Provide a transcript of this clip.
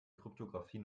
kryptographie